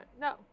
No